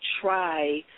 try